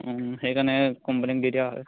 সেইকাৰণে কোম্পানীক দি দিয়া হয়